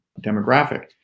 demographic